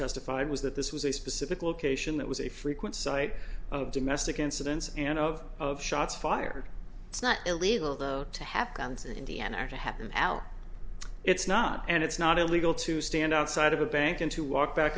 testified was that this was a specific location that was a frequent site of domestic incidents and of of shots fired it's not illegal to have guns in indiana happen al it's not and it's not illegal to stand outside of a bank and to walk back